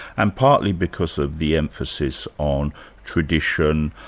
and partly because of the emphasis on tradition,